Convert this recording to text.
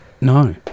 No